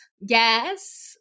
Yes